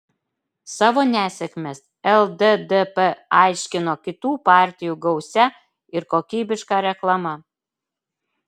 savo nesėkmes lddp aiškino kitų partijų gausia ir kokybiška reklama